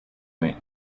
wing